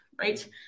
right